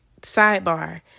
sidebar